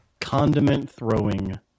condiment-throwing